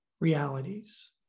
realities